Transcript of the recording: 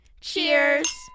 cheers